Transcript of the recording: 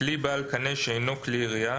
- כלי בעל קנה שאינו כלי ירייה,